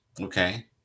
Okay